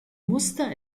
muster